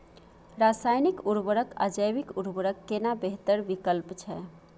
रसायनिक उर्वरक आ जैविक उर्वरक केना बेहतर विकल्प छै?